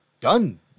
done